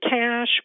cash